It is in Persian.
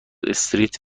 استریت